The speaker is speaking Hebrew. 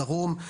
דרום,